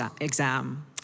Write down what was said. Exam